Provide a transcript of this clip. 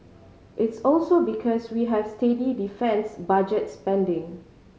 it's also because we have steady defence budget spending